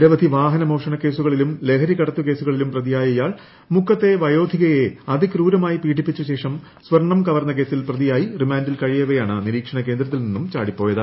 നിരവധി വാഹനമോഷണ കേസുകളിലും ലഹരി കടത്തു കേസുകളിലും പ്രതിയായ ഇയാൾ മുക്കത്തെ വയോധികയെ അതിക്രൂരമായി പീഡിപ്പിച്ച ശേഷം സ്വർണ്ണം കവർന്ന കേസിൽ പ്രതിയായി റിമാൻഡിൽ കഴിയവെയാണ് നിരീക്ഷണ കേന്ദ്രത്തിൽ നിന്നും ചാടി പോയത്